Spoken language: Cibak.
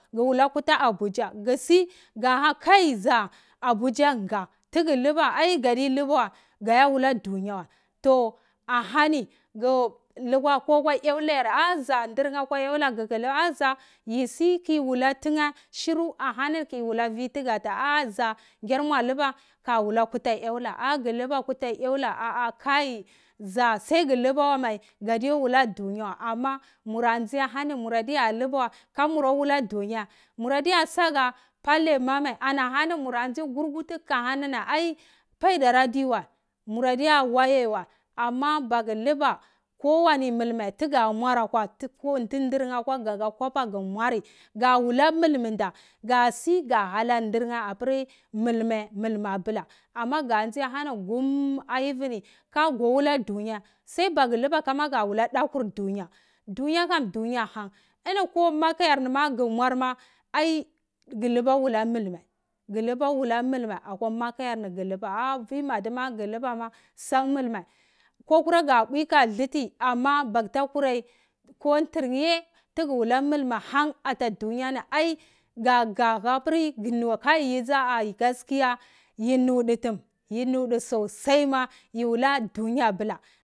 Ga wula kuta abuja gu siga ha kai za abuja nga tugu luba ai gadi luba wa gaiwula dunga wai toh ahani gulaba atawa wal yola yar aizha gu ndur nheh ahwa yola yi saki wula tuna shiru ahani kiwula vwi tuga ti ai luba hi wala huta yola ahah kai sai guluba mai wa gadiya wula dunga kuma muronzi ahani muradiya luba wai ka mur wala dunya murazaga pale ma mai anahoni murada nzal gurgatu alhani ni wai ai padar adiwai muradiya wayo wa ama bagur luba kowani mulmul tugurada mwari mvarde tu durnheh dza ka kopa gu mwori ka si ga hala ndorne apir mulmul mulmule abula ama ga nji gumm aivi ni ka gowila dunya sai ba gu luba kama ga wula dakur dunya tunya kam dunya han ini komaka yarni ba ai guluba wula mulmul ahwa maha yarni ah vwidamu ma ga luba kwa mulmule ko kura ga bwi dalti ama ma guta kurai ko ntir nhoh ye tuguwala mulmul hon ata dunya ni ai gagu ha piri guni ai yidza gaskiya yunudu hum yinudu tom sosai ma yuna dulaa mbula.